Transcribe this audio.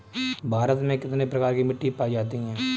भारत में कितने प्रकार की मिट्टी पाई जाती है?